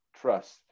trust